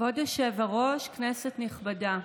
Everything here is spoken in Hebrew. היושב-ראש, כנסת נכבדה,